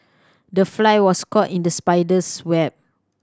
the fly was caught in the spider's web